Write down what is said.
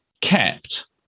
kept